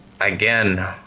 again